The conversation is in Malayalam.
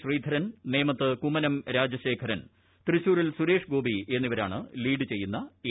ശ്രീധരൻ ന്ദ്രേമൃത്ത് കുമ്മനം രാജശേഖരൻ തൃശൂരിൽ സുരേഷ് ഗ്യോപ്പി എന്നിവരാണ് ലീഡ് ചെയ്യുന്ന എൻ